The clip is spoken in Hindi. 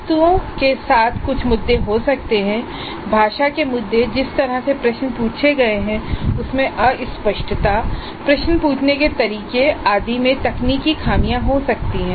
वस्तुओं के साथ कुछ मुद्दे हो सकते हैं भाषा के मुद्दे जिस तरह से प्रश्न पूछे गए है उसमें अस्पष्टता प्रश्न पूछने के तरीके आदि में तकनीकी खामियां हो सकती हैं